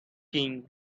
king